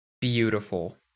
Beautiful